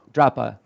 Drapa